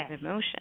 emotion